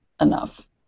enough